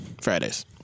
fridays